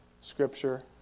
scripture